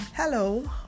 Hello